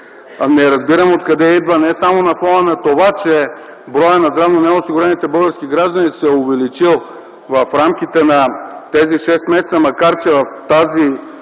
Не разбирам откъде идва не само на фона на това, че броят на здравно неосигурените български граждани се е увеличил в рамките на тези шест месеца, макар в тази